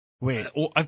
Wait